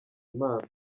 impano